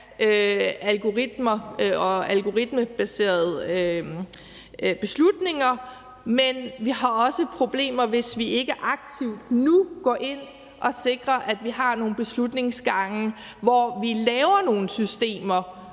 algoritmer og algoritmebaserede beslutninger. Men vi har også problemer, hvis vi ikke aktivt nu går ind og sikrer, at vi har nogle beslutningsgange, hvor vi laver nogle systemer,